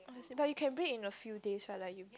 but you can bring in a few days right like you